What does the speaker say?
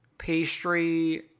Pastry